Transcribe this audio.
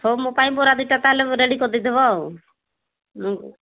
ହଉ ମୋ ପାଇଁ ବରା ଦୁଇଟା ତାହେଲେ ରେଡ଼ି କରିଦେଇଥିବ ହଁ